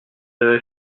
avaient